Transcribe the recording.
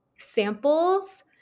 Samples